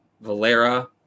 Valera